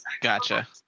Gotcha